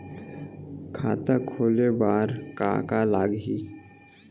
खाता खोले बार का का लागही?